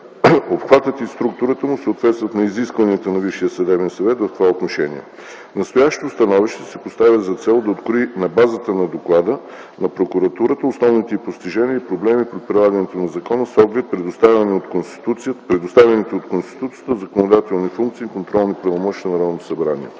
Обхватът и структурата му съответстват на изискванията на Висшия съдебен съвет в това отношение. Настоящето становище си поставя за цел да открои на базата на доклада на прокуратурата основните й постижения и проблеми при прилагането на закона с оглед на предоставените от Конституцията законодателна функция и контролни правомощия на Народното събрание.